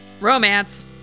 romance